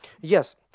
Yes